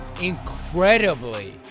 Incredibly